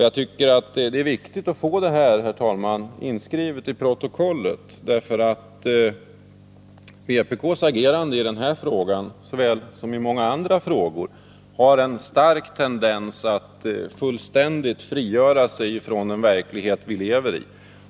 Jag tycker det är viktigt, herr talman, att få detta inskrivet i protokollet därför att vpk:s agerande i denna fråga — liksom i många andra frågor —har en stark tendens att fullständigt frigöra sig från den verklighet vi lever i.